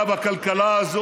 עם הגירעון,